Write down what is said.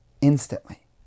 instantly